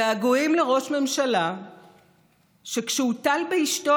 געגועים לראש ממשלה שכשהוטל באשתו,